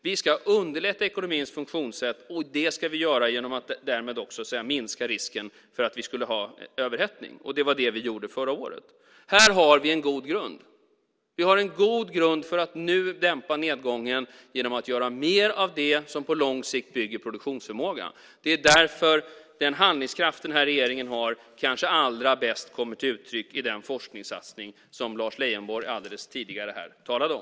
Vi ska underlätta ekonomins funktionssätt, och det ska vi göra genom att därmed också minska risken för överhettning. Det var det vi gjorde förra året. Här har vi en god grund. Vi har en god grund för att nu dämpa nedgången genom att göra mer av det som på lång sikt bygger produktionsförmåga. Det är därför den handlingskraft den här regeringen har kanske allra bäst kommer till uttryck i den forskningssatsning som Lars Leijonborg tidigare talade om.